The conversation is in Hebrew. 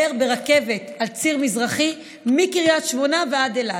ברכבת על ציר מזרחי מקריית שמונה ועד אילת,